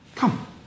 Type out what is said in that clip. Come